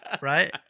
Right